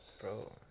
Bro